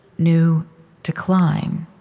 knew to climb.